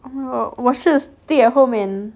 orh 我是 stay at home and